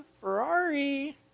Ferrari